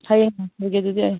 ꯍꯌꯦꯡ